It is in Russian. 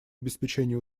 обеспечении